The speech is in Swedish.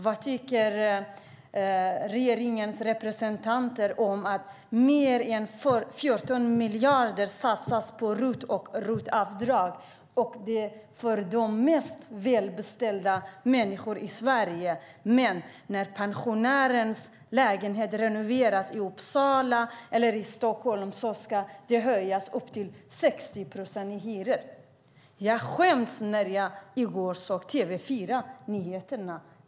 Vad tycker regeringspartiernas representanter om att mer än 14 miljarder satsas på RUT och ROT-avdrag för de mest välbeställda i Sverige medan hyrorna höjs med upp till 60 procent när man renoverar pensionärers lägenheter i Uppsala eller Stockholm? Jag skämdes när jag i går såg TV4 Nyheterna.